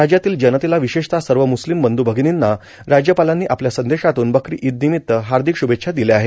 राज्यातील जनतेला विशेषतः सर्व मुस्लीम बंधू भगिर्नीना राज्यपालांनी आपल्या संदेशातून बकरी ईदनिमित्त हार्दिक शुभेच्छा दिल्या आहेत